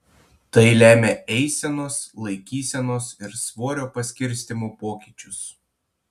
tai lemia eisenos laikysenos ir svorio paskirstymo pokyčius